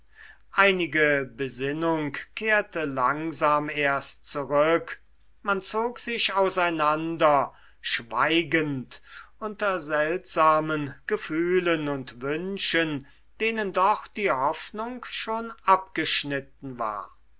einige besinnung kehrte langsam erst zurück man zog sich auseinander schweigend unter seltsamen gefühlen und wünschen denen doch die hoffnung schon abgeschnitten war